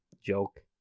joke